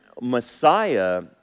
Messiah